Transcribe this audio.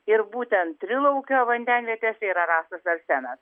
ir būtent trilaukio vandenvietėse yra rastas arsenas